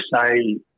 say